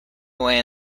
away